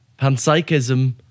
panpsychism